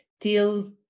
till